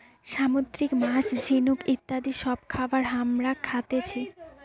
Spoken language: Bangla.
সামুদ্রিক মাছ, ঝিনুক ইত্যাদি সব খাবার হামরা খাতেছি